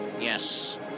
Yes